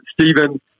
Stephen